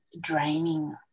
draining